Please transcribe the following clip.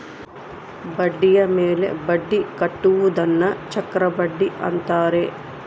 ಬಡ್ಡಿಯ ಮೇಲೆ ಬಡ್ಡಿ ಕಟ್ಟುವುದನ್ನ ಚಕ್ರಬಡ್ಡಿ ಅಂತಾರೆ